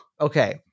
Okay